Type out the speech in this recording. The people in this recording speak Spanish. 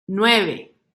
nueve